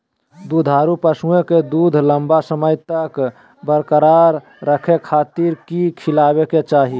दुधारू पशुओं के दूध लंबा समय तक बरकरार रखे खातिर की खिलावे के चाही?